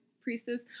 priestess